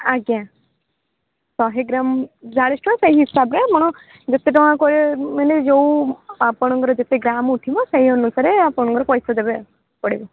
ଆଜ୍ଞା ଶହେ ଗ୍ରାମ୍ ଚାଳିଶ ଟଙ୍କା ସେହି ହିସାବରେ ଆପଣ ଯେତେ ଟଙ୍କା କୋରିୟର୍ ମାନେ ଯେଉଁ ଆପଣଙ୍କର ଯେତେ ଗ୍ରାମ୍ ଉଠିବ ସେଇ ଅନୁସାରେ ଆପଣଙ୍କର ପଇସା ଦେବେ ପଡ଼ିବ